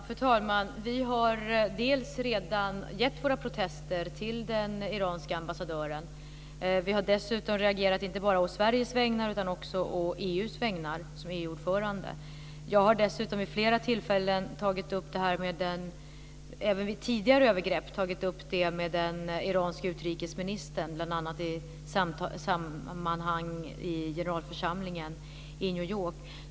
Fru talman! Vi har redan gett våra protester till den iranske ambassadören. Vi har dessutom reagerat inte bara på Sveriges vägnar utan också på EU:s vägnar som EU-ordförande. Jag har dessutom vid flera tillfällen vid tidigare övergrepp tagit upp det med den iranske utrikesministern, bl.a. i generalförsamlingen i New York.